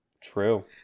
True